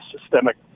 systemic